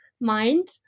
mind